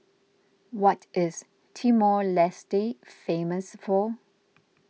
what is Timor Leste famous for